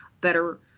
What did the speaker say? better